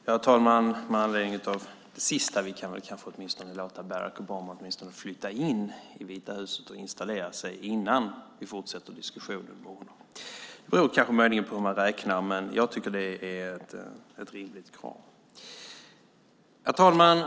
Herr talman! Med anledning av det sista: Vi kan väl åtminstone låta Barack Obama flytta in i Vita huset och installera sig innan vi fortsätter diskussionen med honom. Det beror möjligen på hur man räknar, men jag tycker att det är ett rimligt krav. Herr talman!